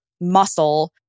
muscle